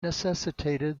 necessitated